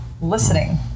listening